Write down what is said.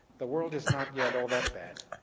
the world is not yet all that bad